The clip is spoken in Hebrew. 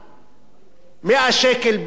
100 שקל ביד ימין,